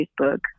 Facebook